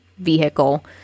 vehicle